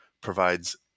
provides